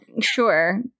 sure